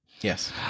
Yes